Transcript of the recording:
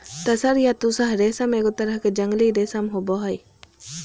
तसर या तुसह रेशम एगो तरह के जंगली रेशम होबो हइ